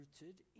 rooted